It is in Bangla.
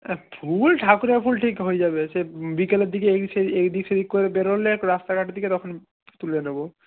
ফুল ঠাকুরের ফুল ঠিক হয়ে যাবে সে বিকেলের দিকে এদিক এইদিক সেইদিক করে বেরোলে রাস্তাঘাটের দিকে তখন তুলে নেব